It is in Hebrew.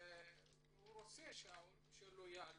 הוא רוצה שההורים שלו יעלו.